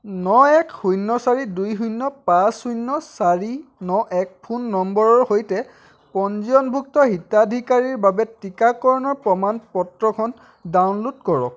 ন এক শূন্য চাৰি দুই শূন্য পাঁচ শূন্য চাৰি ন এক ফোন নম্বৰৰ সৈতে পঞ্জীয়নভুক্ত হিতাধিকাৰীৰ বাবে টীকাকৰণৰ প্ৰমাণ পত্ৰখন ডাউনলোড কৰক